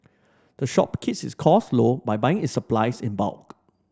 the shop cases costs low by buying its supplies in bulk